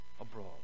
abroad